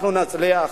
אנחנו נצליח.